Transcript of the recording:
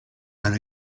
and